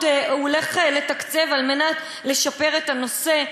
הוא הולך לתקצב כדי לשפר את הנושא.